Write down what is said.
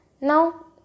Now